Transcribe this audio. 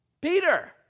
Peter